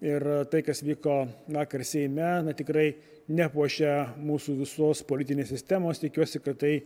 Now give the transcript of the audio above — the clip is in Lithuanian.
ir tai kas vyko vakar seime tikrai nepuošia mūsų visos politinės sistemos tikiuosi kad tai